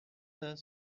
the